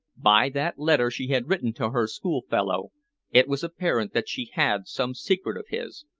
by that letter she had written to her schoolfellow it was apparent that she had some secret of his,